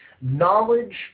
Knowledge